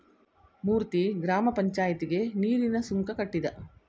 ಮೂರ್ತಿ ಗ್ರಾಮ ಪಂಚಾಯಿತಿಗೆ ನೀರಿನ ಸುಂಕ ಕಟ್ಟಿದ